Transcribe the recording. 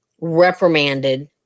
reprimanded